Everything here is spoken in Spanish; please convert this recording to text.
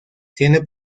siendo